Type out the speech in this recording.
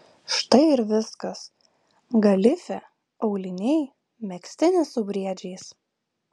štai ir viskas galifė auliniai megztinis su briedžiais